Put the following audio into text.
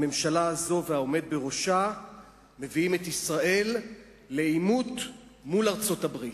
הממשלה הזו והעומד בראשה מביאים את ישראל לעימות מול ארצות-הברית.